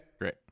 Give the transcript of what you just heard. Great